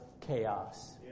chaos